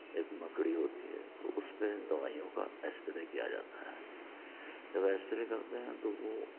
ایک مکڑی ہوتی ہے تو اُس پہ دوائیوں کا اسپرے کیا جاتا ہے جب اسپرے کرتے ہیں تو وہ